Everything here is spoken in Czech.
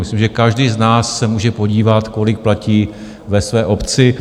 Myslím, že každý z nás se může podívat, kolik platí ve své obci.